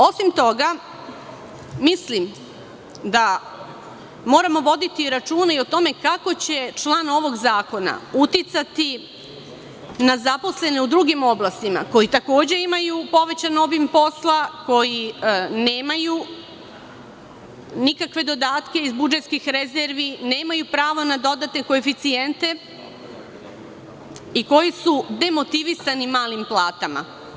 Osim toga, mislim da moramo voditi računa i o tome kako će član ovog zakona uticati na zaposlene u drugim oblastima, koji takođe imaju povećan obim posla, koji nemaju nikakve dodatke iz budžetskih rezervi, nemaju prava na dodatne koeficijente i koji su demotivisani malim platama.